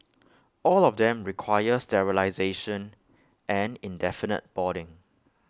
all of them require sterilisation and indefinite boarding